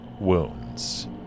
wounds